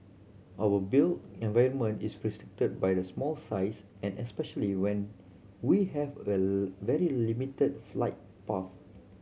our built environment is restricted by our small size and especially when we have a very limited flight path